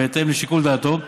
בהתאם לשיקול דעתו,